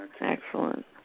Excellent